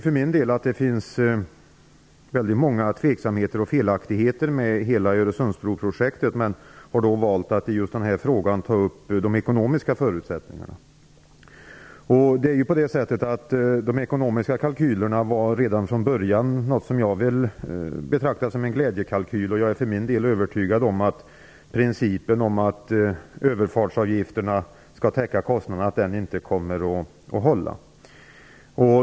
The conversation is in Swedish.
För min del anser jag att det finns många tveksamheter och felaktigheter i hela Öresundsbroprojektet, men jag har valt att i detta sammanhang ta upp de ekonomiska förutsättningarna. Redan från början betraktade jag de ekonomiska kalkylerna som något av glädjekalkyler. Jag är övertygad om att principen om att överfartsavgifterna skall täcka kostnaderna inte kommer att hålla.